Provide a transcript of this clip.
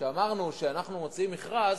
כשאמרנו שאנחנו מוציאים מכרז,